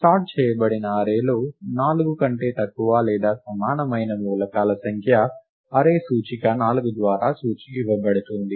sort చేయబడిన అర్రేలో 4 కంటే తక్కువ లేదా సమానమైన మూలకాల సంఖ్య అర్రే సూచిక 4 ద్వారా ఇవ్వబడుతుంది